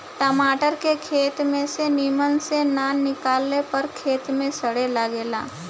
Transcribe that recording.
टमाटर के खेत में से निमन से ना निकाले पर खेते में सड़े लगेला